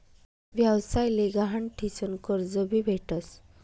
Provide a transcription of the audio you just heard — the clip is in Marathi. व्यवसाय ले गहाण ठीसन कर्ज भी भेटस